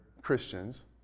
Christians